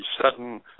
sudden